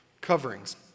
coverings